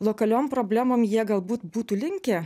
lokaliom problemom jie galbūt būtų linkę